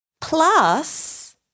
plus